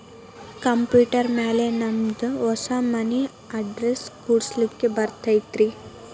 Computer ಮ್ಯಾಲೆ ನಮ್ದು ಹೊಸಾ ಮನಿ ಅಡ್ರೆಸ್ ಕುಡ್ಸ್ಲಿಕ್ಕೆ ಬರತೈತ್ರಿ?